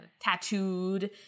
tattooed